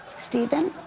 stephen,